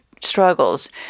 struggles